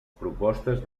propostes